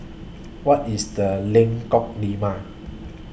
What IS The Lengkok Lima